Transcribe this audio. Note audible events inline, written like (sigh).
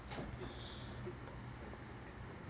(breath)